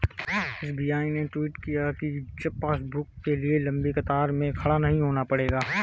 SBI ने tweet किया कि अब पासबुक के लिए लंबी कतार में खड़ा नहीं होना पड़ेगा